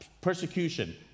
Persecution